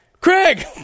Craig